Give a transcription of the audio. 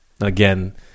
Again